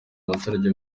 abaturage